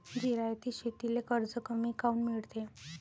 जिरायती शेतीले कर्ज कमी काऊन मिळते?